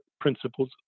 principles